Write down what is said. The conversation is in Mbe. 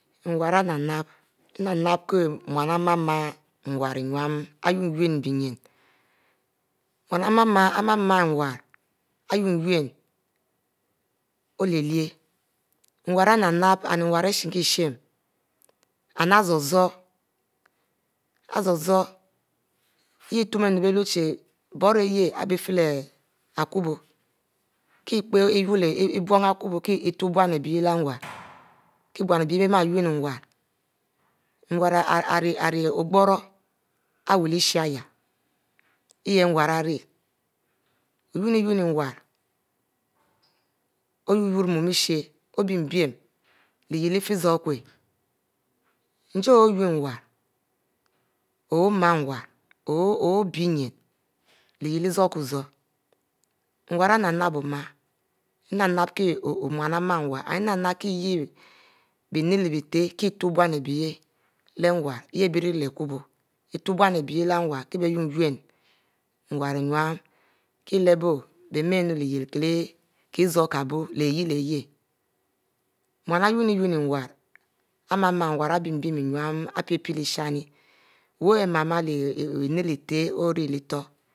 Nwarr inap-nap kie mu mama nwarr innu iunun olyieh nwarr, ishinkie shin amd ari zoro ari zoro iyeh iyhurm no bielu chie biorieh ari bie ifae leh akubo, kie. pie ibon ari kubo kie itub bon ari bie yah leh nwarri kie bon ari bie yah leh nwarri kie bon ari bie yah ma unne nwarr nuuarr ari oghro iwu leh lyiehsha yah nwarr ari ounun nwarr oyu-yori mushe obam-bam iyiech ifie zoro ku njie oun nwarr oma nwarr obie nyin iyich leh zorokozor nwarr nap-nap oma nap-nap kie mu àm nwarr nap-nap kie yah bie bienah leh bieteh kie utub nua leh nuuarr utab bnua abie yeh leh nwarr yeh abie iri arie leh akubo. Kie lehbo bemaynu iyieh kiezokibo leh yah-yah mua iunne nwarr ari pie-pie lehin wu mama leh eteh